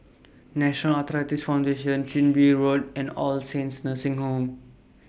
National Arthritis Foundation Chin Bee Road and All Saints Nursing Home